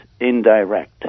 indirect